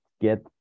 get